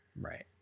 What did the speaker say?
Right